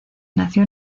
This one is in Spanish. nació